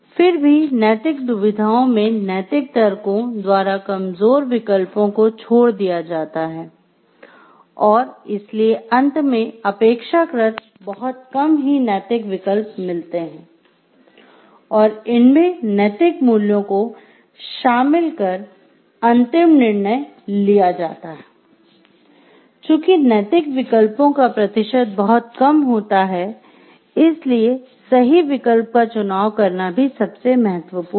फिर भी नैतिक दुविधाओं में नैतिक तर्कों द्वारा कमजोर विकल्पों को छोड़ दिया जाता हैं और इसीलिए अंत में अपेक्षाकृत बहुत कम ही नैतिक विकल्प मिलते हैं और इनमें नैतिक मूल्यों को शामिल कर अंतिम निर्णय लिया जाता है चूंकि नैतिक विकल्पों का प्रतिशत बहुत कम होता हैं इसीलिए सही विकल्प का चुनाव करना भी सबसे महत्वपूर्ण हैं